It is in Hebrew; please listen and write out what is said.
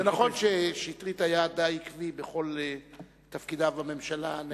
זה נכון ששטרית היה די עקבי בכל תפקידיו בממשלה.